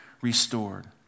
restored